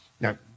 Now